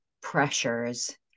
pressures